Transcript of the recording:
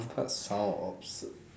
what sound ops